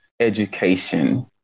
education